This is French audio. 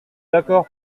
d’accord